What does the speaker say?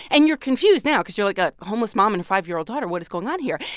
and you're confused now because you're like, a homeless mom and five year old daughter what is going on here?